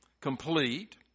complete